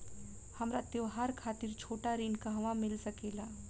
हमरा त्योहार खातिर छोटा ऋण कहवा मिल सकेला?